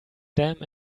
damn